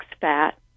fat